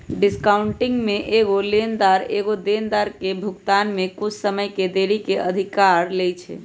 discounting में एगो लेनदार एगो देनदार के भुगतान में कुछ समय के देरी के अधिकार लेइ छै